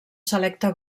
selecte